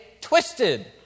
twisted